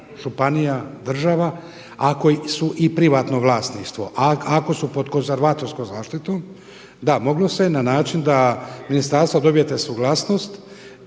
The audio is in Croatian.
županija, država ako su i privatno vlasništvo. A ako su pod konzervatorskom zaštitom, da moglo se je na način da iz ministarstva dobijete suglasnost,